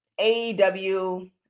AEW